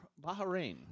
Bahrain